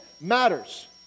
matters